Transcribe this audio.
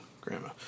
Grandma